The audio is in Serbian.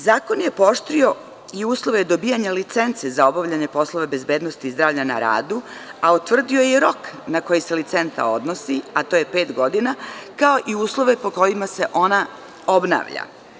Zakon je pooštrio i uslove dobijanja licenci za obavljanje poslova bezbednosti zdravlja na radu, a utvrdio je rok na koji se licenca odnosi, a to je pet godina, kao i uslove po kojima se ona obnavlja.